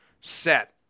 set